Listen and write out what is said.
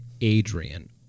Adrian